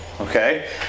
okay